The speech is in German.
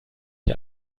ich